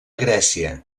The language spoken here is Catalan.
grècia